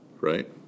right